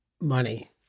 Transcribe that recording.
money